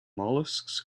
molluscs